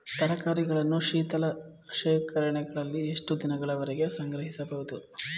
ತರಕಾರಿಗಳನ್ನು ಶೀತಲ ಶೇಖರಣೆಗಳಲ್ಲಿ ಎಷ್ಟು ದಿನಗಳವರೆಗೆ ಸಂಗ್ರಹಿಸಬಹುದು?